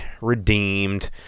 redeemed